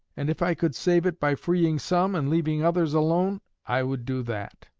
and if i could save it by freeing some, and leaving others alone, i would do that.